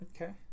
Okay